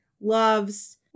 loves